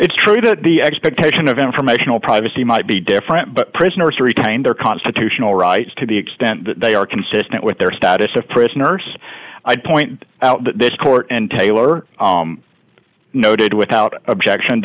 it's true the expectation of informational privacy might be different but prisoner three kinder constitutional rights to the extent that they are consistent with their status of prisoners i point out that this court and taylor noted without objection